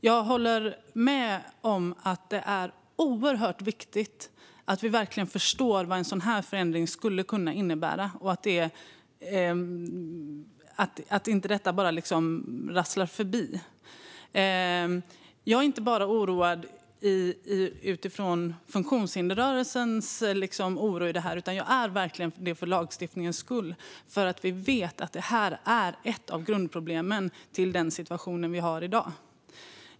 Jag håller med om att det är oerhört viktigt att vi verkligen förstår vad en sådan här förändring skulle kunna innebära så att detta inte bara liksom rasslar förbi. Jag är inte bara oroad utifrån funktionshindersrörelsens oro; jag är verkligen oroad för lagstiftningens skull. Vi vet att detta är ett av grundproblemen bakom den situation vi har i dag.